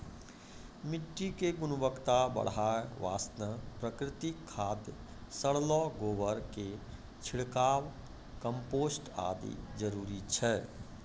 मिट्टी के गुणवत्ता बढ़ाय वास्तॅ प्राकृतिक खाद, सड़लो गोबर के छिड़काव, कंपोस्ट आदि जरूरी छै